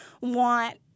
want